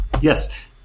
Yes